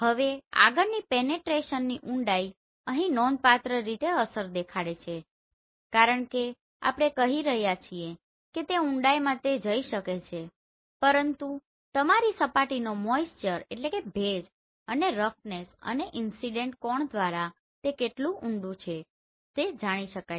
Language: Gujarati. હવે આગળની પેનેટ્રેશનની ઉંડાઈ અહીં નોંધપાત્ર રીતે અસર દેખાડે છે કારણ કે આપણે કહી રહ્યા છીએ કે તે ઉંડાઈમાં તે જઈ શકે છે પરંતુ તમારી સપાટીનો મોઈસ્ચરmoistureભેજ અને રફનેસ અને ઇન્સીડેન્ટ કોણ દ્વારા તે કેટલું ઊંડું છે તે જાણી શકાય છે